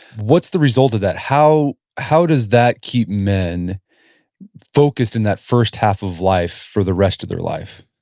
what's the result of that? how how does that keep men focused in that first half of life for the rest of their life?